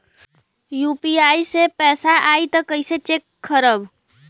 UPI से पैसा आई त कइसे चेक खरब?